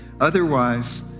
Otherwise